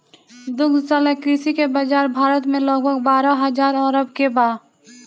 दुग्धशाला कृषि के बाजार भारत में लगभग बारह हजार अरब के बा